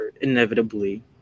inevitably